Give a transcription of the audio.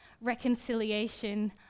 reconciliation